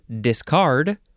discard